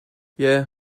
yeah